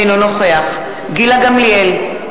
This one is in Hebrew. אינו נוכח גילה גמליאל,